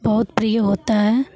बहुत प्रिय होता है